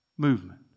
Movement